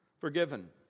forgiven